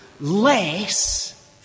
less